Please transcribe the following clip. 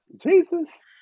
Jesus